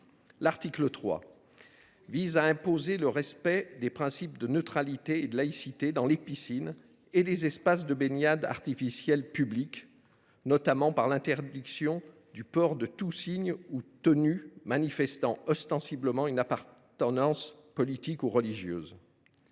L’article 3 impose le respect des principes de neutralité et de laïcité dans les piscines et les espaces de baignade artificiels publics, notamment par l’interdiction du port de tout signe ou tenue manifestant ostensiblement une appartenance politique ou religieuse.